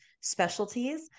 specialties